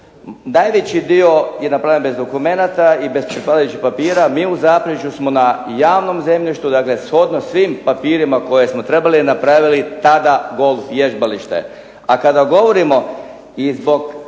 najveći dio je napravljen bez dokumenata i ... papira. Mi u Zaprešiću smo na javnom zemljištu shodno svim papirima koje smo trebali napravili tada golf vježbalište. A kada govorimo i zbog